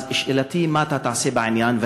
אז שאלתי: מה אתה תעשה בעניין?